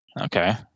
Okay